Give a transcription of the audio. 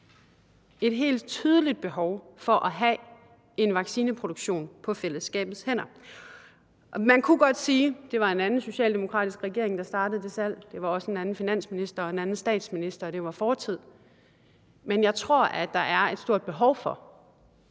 et helt tydeligt behov for at have en vaccineproduktion på fællesskabets hænder. Det var en anden socialdemokratisk regering, der startede det salg, og det var også en anden finansminister og en anden statsminister, og det var fortid, men jeg tror godt, man kan sige, at der er et stort behov for,